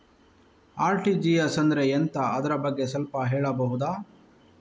RTGS ಅಂದ್ರೆ ಎಂತ ಅದರ ಬಗ್ಗೆ ಸ್ವಲ್ಪ ಹೇಳಬಹುದ?